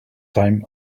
time